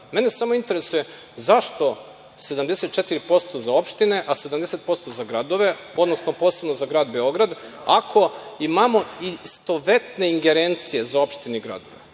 Mene samo interesuje – zašto 74% za opštine, a 7'% za gradove, odnosno posebno za grad Beograd, ako imamo istovetne ingerencije za opštine i gradove?